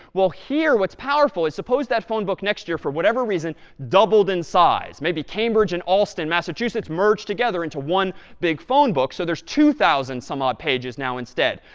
well, here, what's powerful is, suppose that phone book, next year, for whatever reason, doubled in size. maybe cambridge and allston, massachusetts merged together into one big phone book, so there's two thousand some odd pages now instead.